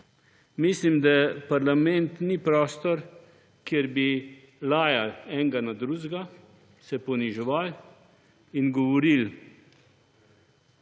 Mislim, da parlament ni prostor, kjer bi lajali eden na drugega, se poniževali in